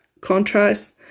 contrast